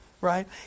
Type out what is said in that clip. right